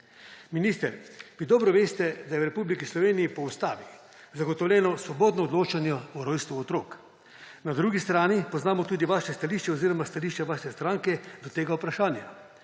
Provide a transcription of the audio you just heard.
Minister, vi dobro veste, da je v Republiki Sloveniji po ustavi zagotovljeno svobodno odločanje o rojstvu otrok. Na drugi strani poznamo tudi vaše stališče oziroma stališče vaše stranke do tega vprašanja.